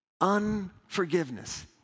Unforgiveness